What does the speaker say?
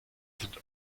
sind